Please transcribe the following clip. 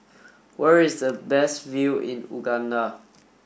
where is the best view in Uganda